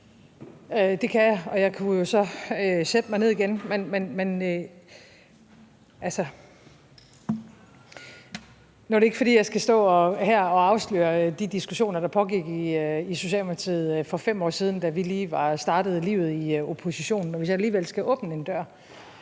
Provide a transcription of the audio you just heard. bekræfte. Og jeg kunne jo så sætte mig ned igen. Men altså, nu er det ikke, fordi jeg skal stå her og afsløre de diskussioner, der pågik i Socialdemokratiet for 5 år siden, da vi lige var startet livet i opposition. Men hvis jeg alligevel skal åbne en dør,